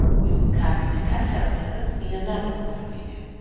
we will cover the cad file method in another walk-through video.